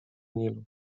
nilu